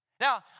Now